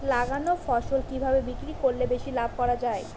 লাগানো ফসল কিভাবে বিক্রি করলে বেশি লাভ করা যায়?